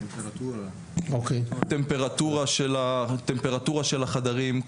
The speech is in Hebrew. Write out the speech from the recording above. טמפרטורה של החדרים.